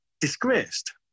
disgraced